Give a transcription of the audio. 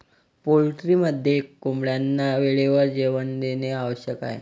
पोल्ट्रीमध्ये कोंबड्यांना वेळेवर जेवण देणे आवश्यक आहे